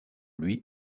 lui